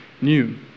new